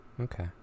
Okay